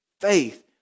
faith